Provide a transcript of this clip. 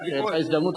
כשתהיה לך הזדמנות,